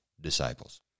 disciples